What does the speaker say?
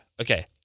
Okay